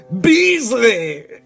Beasley